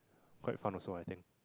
quite fun also I think